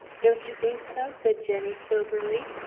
don't you think so? said jenny, soberly.